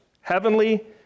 heavenly